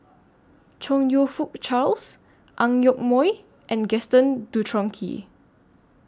Chong YOU Fook Charles Ang Yoke Mooi and Gaston Dutronquoy